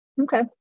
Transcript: Okay